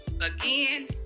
again